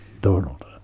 Donald